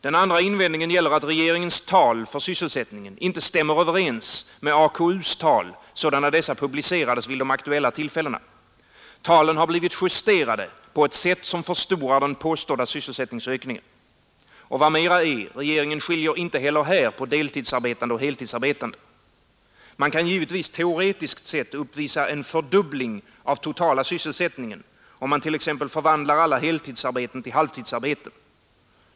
Den andra invändningen är att regeringens tal för sysselsättningen inte stämmer överens med AKUs tal, sådana dessa publicerades vid de aktuella tillfällena. Talen har blivit justerade på ett sätt som förstorar den påstådda sysselsättningsökningen. Och vad mera är — regeringen skiljer inte heller här på deltidsarbetande och heltidsarbetande, Man kan givetvis teoretiskt sett uppvisa en fördubbling av totala sysselsättningen, om man t.ex. förvandlar alla heltidsarbeten till halvtidsarbeten.